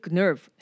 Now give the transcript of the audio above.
nerve